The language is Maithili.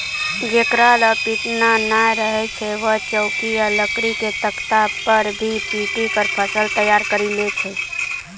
जेकरा लॅ पिटना नाय रहै छै वैं चौकी या लकड़ी के तख्ता पर भी पीटी क फसल तैयार करी लै छै